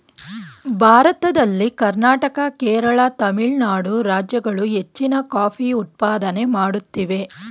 ಭಾರತದಲ್ಲಿ ಕರ್ನಾಟಕ, ಕೇರಳ, ತಮಿಳುನಾಡು ರಾಜ್ಯಗಳು ಹೆಚ್ಚಿನ ಕಾಫಿ ಉತ್ಪಾದನೆ ಮಾಡುತ್ತಿವೆ